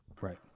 Right